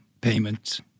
payments